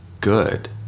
good